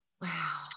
wow